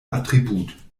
attribut